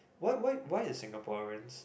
why why why is Singaporeans